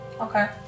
Okay